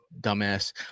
dumbass